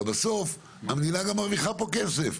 אבל בסוף המדינה גם מרוויחה פה כסף,